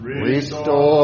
Restore